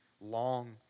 long